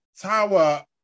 tower